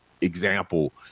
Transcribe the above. example